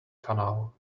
canal